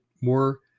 more